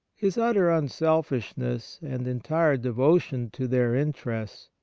his utter unselfishness and entire devotion to their interests,